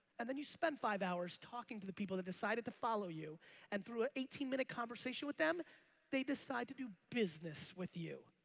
and then you spent five hours talking to the people that decided to follow you and through a eighteen minute conversation with them they decide to do business with you.